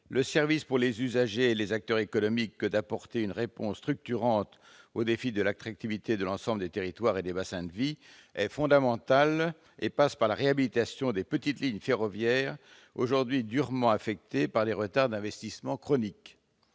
le service pour les usagers et les acteurs économiques que d'apporter une réponse structurante au défi de l'attractivité de l'ensemble des territoires et des bassins de vie, est fondamentale. Elle passe par la réhabilitation des petites lignes ferroviaires aujourd'hui durement affectées par des retards d'investissements chroniques.